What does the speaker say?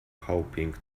hoping